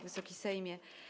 Wysoki Sejmie!